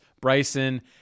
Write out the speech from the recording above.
Bryson